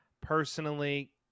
personally